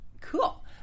Cool